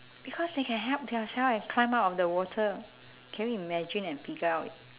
because they can help themselves and climb out of the water can you imagine and figure out